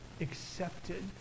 accepted